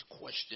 question